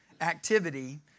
activity